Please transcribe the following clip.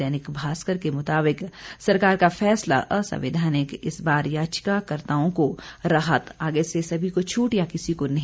दैनिक भास्कर के मुताबिक सरकार का फैसला असंवैधानिक इस बार याचिकाकर्ताओं को राहत आगे से सभी को छूट या किसी को नहीं